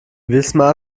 wismar